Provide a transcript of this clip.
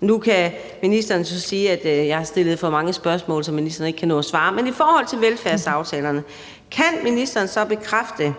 nu kan ministeren så sige, at jeg har stillet for mange spørgsmål, så ministeren ikke kan nå at svare – kan ministeren så bekræfte,